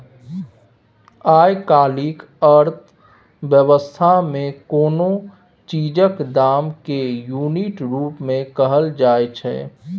आइ काल्हिक अर्थ बेबस्था मे कोनो चीजक दाम केँ युनिट रुप मे कहल जाइ छै